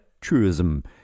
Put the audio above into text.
truism